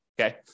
Okay